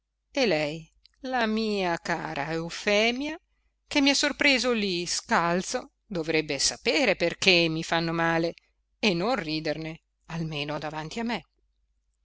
e lei la mia cara eufemia che mi ha sorpreso lì scalzo dovrebbe sapere perché mi fanno male e non riderne almeno davanti a me